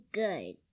good